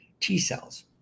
T-cells